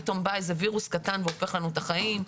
פתאום בא איזה וירוס קטן והופך לנו את החיים.